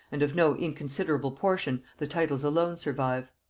and of no inconsiderable portion the titles alone survive.